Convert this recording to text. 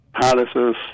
palaces